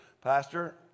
Pastor